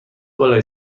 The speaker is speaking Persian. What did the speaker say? بالای